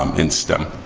um in stem.